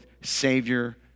Savior